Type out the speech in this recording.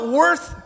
worth